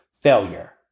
failure